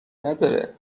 نداره